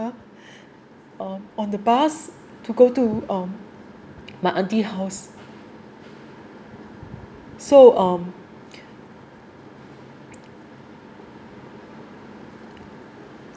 on the bus to go to um my aunty’s house so um